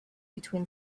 between